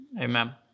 amen